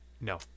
No